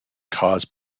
caused